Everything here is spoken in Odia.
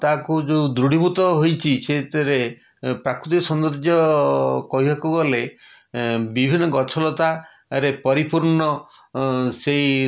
ତାକୁ ଯେଉଁ ଦୃଢ଼ୀଭୂତ ହେଉଛି ସେଥିରେ ଏଁ ପ୍ରାକୃତିକ ସୌନ୍ଦର୍ଯ୍ୟ କହିବାକୁ ଗଲେ ବିଭିନ୍ନ ଗଛଲତାରେ ପରିପୂର୍ଣ୍ଣ ଅଁ ସେଇ